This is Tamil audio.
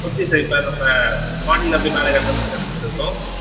ஓகே சார் இப்போ நம்ம மாடியில் அப்படியே மேலே கட்டுற மாதிரி தானே சார் இருக்கும்